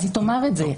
אז הוא יאמר את זה.